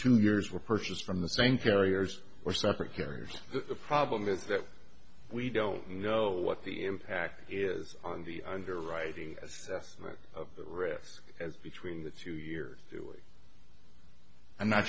two years were purchased from the same carriers or separate carriers the problem is that we don't know what the impact is on the underwriting rift between the two years i'm not